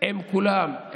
עם כולם,